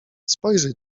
spojrzyj